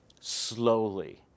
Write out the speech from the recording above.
slowly